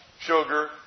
sugar